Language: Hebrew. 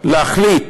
להחליט